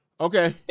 Okay